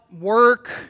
work